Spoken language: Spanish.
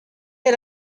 del